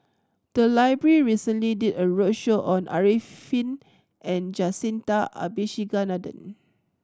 the library recently did a roadshow on Arifin and Jacintha Abisheganaden